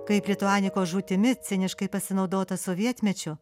kaip lituanikos žūtimi ciniškai pasinaudota sovietmečiu